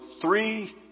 three